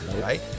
right